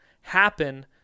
happen